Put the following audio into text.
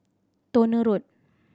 Towner Road